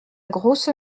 grosse